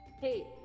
Hey